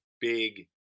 big